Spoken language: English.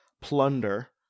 Plunder